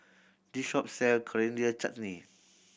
this shop sell Coriander Chutney